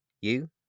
You